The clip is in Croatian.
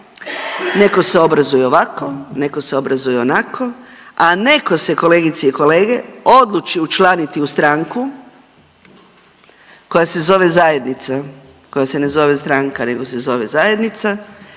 Neko se obrazuje ovako, neko se obrazuje onako, a neko se kolegice i kolege odluči učlaniti u stranku koja se zove zajednica, koja se ne zove stranka, nego se zove zajednica